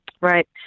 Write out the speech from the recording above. Right